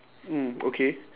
mm okay